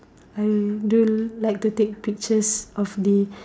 I do like to take pictures of the